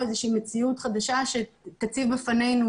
איזה שהיא מציאות חדשה שתציב בפנינו,